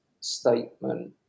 statement